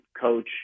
coach –